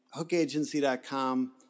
hookagency.com